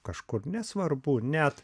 kažkur nesvarbu net